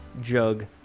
jug